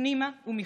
פנימה ומחוץ,